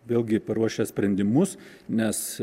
vėlgi paruošę sprendimus nes